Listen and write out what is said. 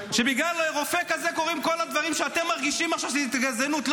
שבגלל רופא כזה קורים כל הדברים שאתם מרגישים עכשיו שהם התגזענות?